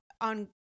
on